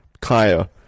Kaya